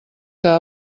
que